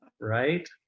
Right